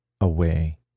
away